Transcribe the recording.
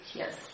yes